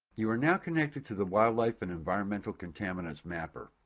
you are now connected to the wildlife and environmental contaminants mapper.